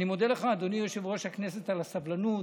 אני מודה לך, אדוני יושב-ראש הכנסת, על הסבלנות.